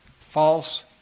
false